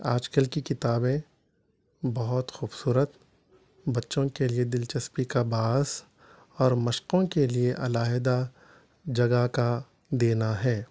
آج کل کی کتابیں بہت خوبصورت بچوں کے لیے دلچسپی کا باعث اور مشقوں کے لیے علیحدہ جگہ کا دینا ہے